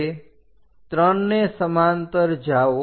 હવે 3 ને સમાંતર જાઓ